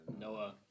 Noah